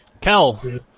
Cal